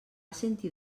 sentir